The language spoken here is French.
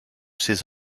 ses